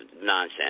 nonsense